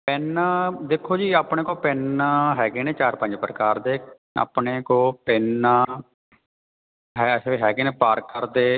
pen ਦੇਖੋ ਜੀ ਆਪਣੇ ਕੋਲ ਪੈੱਨ ਹੈਗੇ ਨੇ ਚਾਰ ਪੰਜ ਪ੍ਰਕਾਰ ਦੇ ਆਪਣੇ ਕੋਲ ਪਿੰਨ ਹੈ ਹੈਗੇ ਨੇ ਪਾਰਕਰ ਦੇ